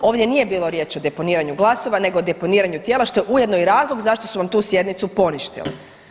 Ovdje nije bilo riječ o deponiranju glasova nego o deponiranju tijela što je ujedno i razlog zašto su vam tu sjednicu poništili.